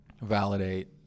validate